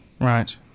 Right